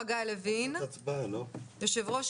חגי לוין, יושב ראש